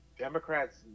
Democrats